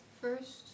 First